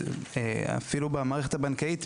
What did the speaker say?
אפילו במערכת הבנקאית,